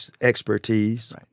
expertise